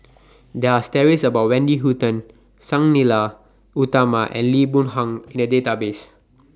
There Are stories about Wendy Hutton Sang Nila Utama and Lee Boon Yang in The Database